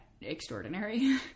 extraordinary